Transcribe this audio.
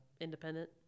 independent